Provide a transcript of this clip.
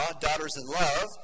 daughters-in-love